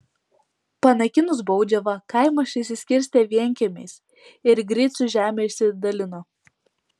panaikinus baudžiavą kaimas išsiskirstė vienkiemiais ir gricių žemę išsidalino